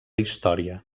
història